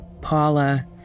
Paula